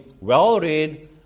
well-read